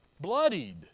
bloodied